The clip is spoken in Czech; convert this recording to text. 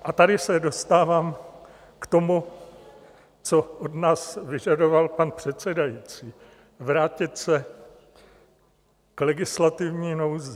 A tady se dostávám k tomu, co od nás vyžadoval pan předsedající vrátit se k legislativní nouzi.